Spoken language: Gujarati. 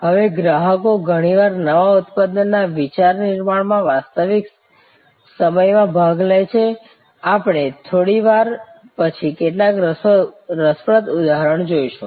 હવે ગ્રાહકો ઘણીવાર નવા ઉત્પાદન ના વિચાર નિર્માણમાં વાસ્તવિક સમયમાં ભાગ લે છે આપણે થોડી વાર પછી કેટલાક રસપ્રદ ઉદાહરણ જોઈશું